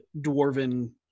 dwarven